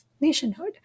nationhood